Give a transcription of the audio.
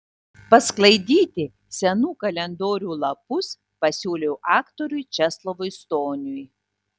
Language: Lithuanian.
pasklaidyti senų kalendorių lapus pasiūliau aktoriui česlovui stoniui